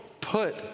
put